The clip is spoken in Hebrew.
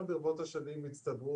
היותר טהרנית רוצה,